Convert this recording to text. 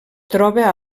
troba